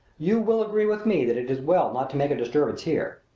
you will agree with me that it is well not to make a disturbance here.